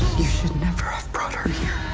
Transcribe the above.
you should never have brought her here